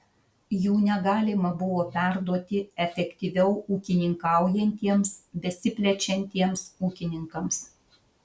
jų negalima buvo perduoti efektyviau ūkininkaujantiems besiplečiantiems ūkininkams